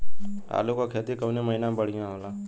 आलू क खेती कवने महीना में बढ़ियां होला?